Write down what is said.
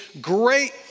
great